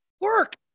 work